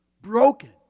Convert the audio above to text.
Broken